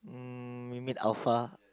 um you mean alpha